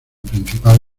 principal